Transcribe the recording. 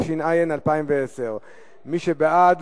התש"ע 2010. מי שבעד